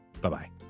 Bye-bye